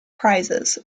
prizes